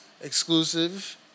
exclusive